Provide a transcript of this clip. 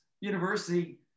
university